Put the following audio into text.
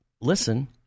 listen